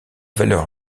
valeur